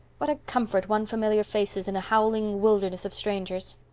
what a comfort one familiar face is in a howling wilderness of strangers!